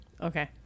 Okay